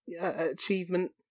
achievement